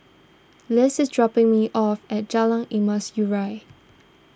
Liz is dropping me off at Jalan Emas Urai